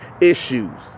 issues